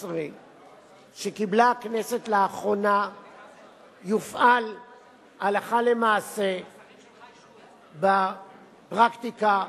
16 שקיבלה הכנסת לאחרונה יופעל הלכה למעשה בפרקטיקה.